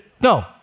No